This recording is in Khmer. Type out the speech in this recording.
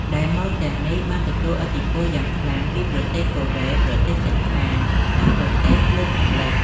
ដែលម៉ូដទាំងនេះបានទទួលឥទ្ធិពលយ៉ាងខ្លាំងពីប្រទេសកូរ៉េ ប្រទេសជិតខាង និងប្រទេសលោកខាងលិច។